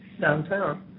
downtown